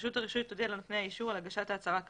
רשות הרישוי תודיע לנותני האישור על הגשת ההצהרה כאמור.